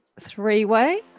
three-way